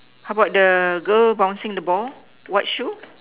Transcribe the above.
how about the girl bouncing the ball white shoe